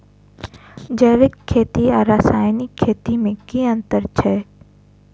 जैविक खेती आ रासायनिक खेती मे केँ अंतर छै?